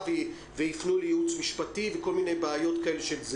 ויפנו לייעוץ משפטי וכל מיני בעיות כאלה,